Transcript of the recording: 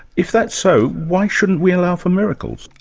if that's so, why shouldn't we allow for miracles?